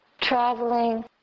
traveling